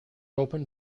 open